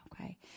Okay